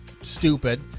stupid